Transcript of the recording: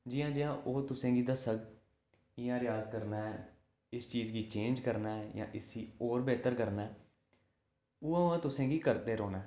जि'यां जि'यां ओह् तुसेंगी दस्सग कि'यां रेयाज करना ऐ इस चीज गी चेंज करना ऐ जां इसी होर बैटर करना ऐ उ'यां उ'यां तुसेंगी करदे रौह्ना ऐ